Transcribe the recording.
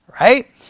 right